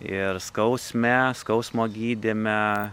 ir skausme skausmo gydyme